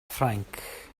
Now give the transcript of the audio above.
ffrainc